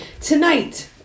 tonight